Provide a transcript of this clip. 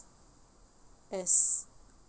as